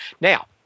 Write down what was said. Now